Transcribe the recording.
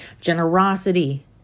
generosity